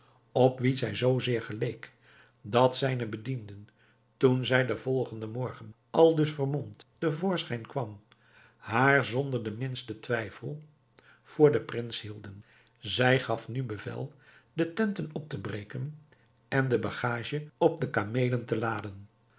op wien zij zoo zeer geleek dat zijne bedienden toen zij den volgende morgen aldus vermomd te voorschijn kwam haar zonder den minsten twijfel voor den prins hielden zij gaf nu bevel de tenten op te breken en de bagage op de kameelen te laden